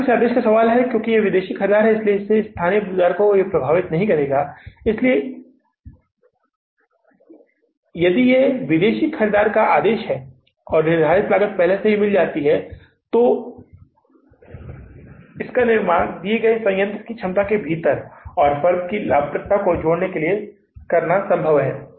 जहां तक इस आदेश का सवाल है यह विदेशी ख़रीदार का है इसलिए यह आपके स्थानीय बाजार को प्रभावित करने वाला नहीं है इसलिए यदि यह आदेश विदेशी ख़रीदार का है और निर्धारित लागत पहले से ही मिल जाती है तो इसका निर्माण दिए गए संयंत्र की क्षमता के भीतर और फर्म की लाभप्रदता को जोड़ने के लिए करना संभव है